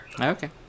Okay